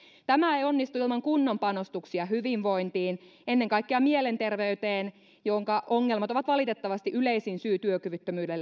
tämä ei onnistu ilman kunnon panostuksia hyvinvointiin ennen kaikkea mielenterveyteen jonka ongelmat ovat valitettavasti yleisin syy työkyvyttömyyteen